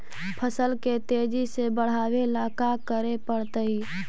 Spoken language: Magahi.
फसल के तेजी से बढ़ावेला का करे पड़तई?